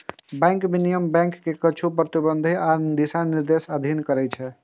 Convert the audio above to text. bank विनियमन bank कें किछु प्रतिबंध आ दिशानिर्देशक अधीन करै छै